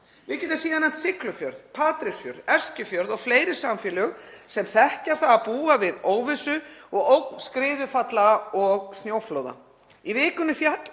Við getum síðan nefnt Siglufjörð, Patreksfjörð, Eskifjörð og fleiri samfélög sem þekkja það að búa við óvissu og ógn skriðufalla og snjóflóða. Í vikunni féll